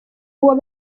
uwo